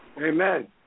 Amen